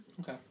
Okay